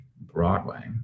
Broadway